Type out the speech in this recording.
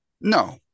no